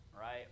right